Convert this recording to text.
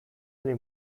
eli